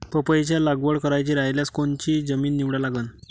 पपईची लागवड करायची रायल्यास कोनची जमीन निवडा लागन?